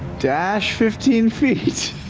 dash fifteen feet.